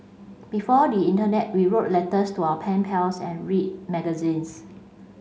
before the internet we wrote letters to our pen pals and read magazines